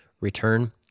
return